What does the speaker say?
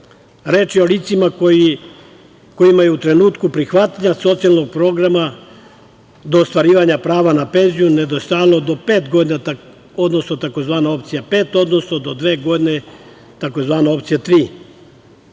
Reč je o licima kojima je u trenutku prihvatanja socijalnog programa do ostvarivanja prava na penziju nedostajalo do pet godina, tzv. opcija 5, odnosno do dve godine, tzv. opcija